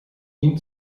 ihm